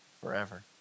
forever